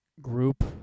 group